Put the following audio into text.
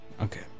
Okay